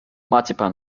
marzipan